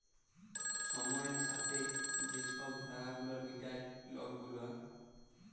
ছময়ের ছাথে যে ছব ধার গুলা মিটায় লক গুলা